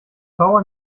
bauer